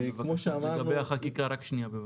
-- לגבי החקיקה, רק שנייה, בבקשה.